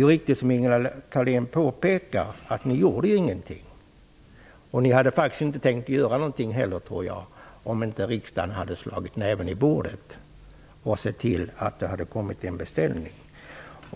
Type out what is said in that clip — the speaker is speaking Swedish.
är riktigt som Ingela Thalén påpekar. Ni gjorde ingenting. Jag tror inte att ni hade tänkt att göra något heller om inte riksdagen hade slagit näven i bordet och sett till att det kom en beställning.